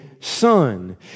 son